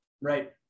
Right